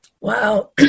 Wow